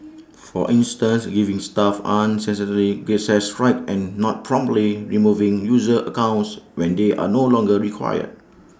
for instance giving staff unnecessary access rights and not promptly removing user accounts when they are no longer required